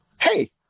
Hey